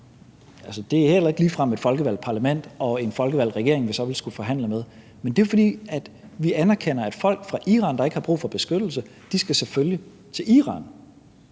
Det er heller ikke ligefrem et folkevalgt parlament og en folkevalgt regering, vi så ville skulle forhandle med, men det jo er, fordi vi anerkender, at folk fra Iran, der ikke har brug for beskyttelse, selvfølgelig skal til Iran.